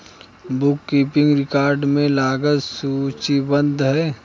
book keeping record में लागत सूचीबद्ध है